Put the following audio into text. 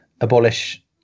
abolish